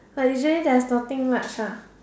but usually there's nothing much ah